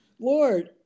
Lord